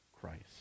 Christ